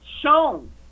shown